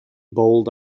bold